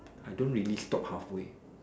I don't really stop halfway